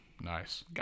nice